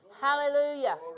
Hallelujah